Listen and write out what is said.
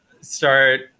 start